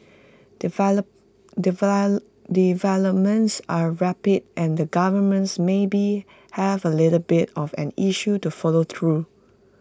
develop developments are rapid and the governments maybe have A little bit of an issue to follow through